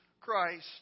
Christ